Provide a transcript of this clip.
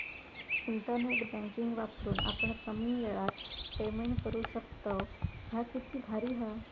internet banking वापरून आपण कमी येळात पेमेंट करू शकतव, ह्या किती भारी हां